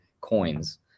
coins